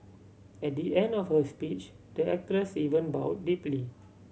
at the end of her speech the actress even bow deeply